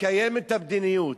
לקיים את המדיניות.